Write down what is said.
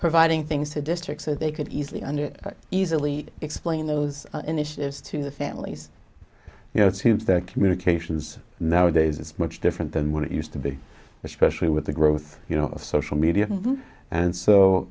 providing things to districts so they could easily under easily explain those initiatives to the families you know it seems their communications nowadays is much different than what it used to be especially with the growth you know of social media and so